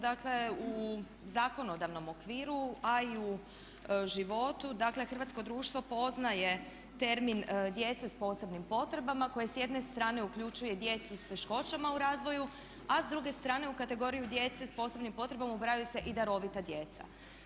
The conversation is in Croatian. Dakle, u zakonodavnom okviru a i u životu hrvatsko društvo poznaje termin djece s posebnim potrebama koje s jedne strane uključuje djecu s teškoćama u razvoju, a s druge strane u kategoriju djece s posebnim potrebama ubrajaju se i darovita djeca.